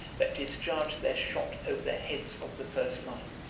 that discharged their shot over the heads of the first line.